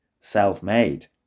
self-made